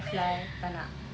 ifly tak nak